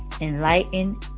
enlighten